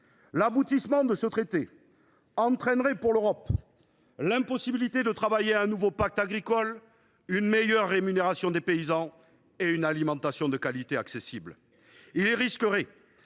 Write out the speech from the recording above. L’aboutissement de ce traité empêcherait l’Europe de travailler à un nouveau pacte agricole, à une meilleure rémunération des paysans et à une alimentation de qualité accessible.